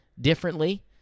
differently